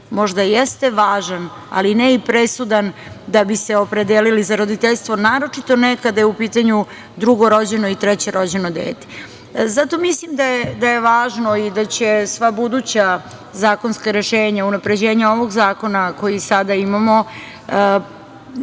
Možda jeste važan, ali ne i presudan da bi se opredelili za roditeljstvo, naročito ne kada je u pitanju drugo rođeno i treće rođeno dete. Zato mislim da je važno i da će sva buduća zakonska rešenja o unapređenju ovog zakona koji sada imamo